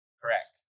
Correct